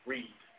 Read